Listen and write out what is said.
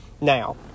Now